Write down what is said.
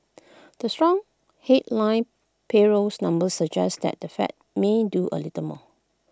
the strong headline payrolls numbers suggest that the fed may do A little more